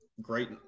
Great